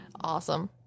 awesome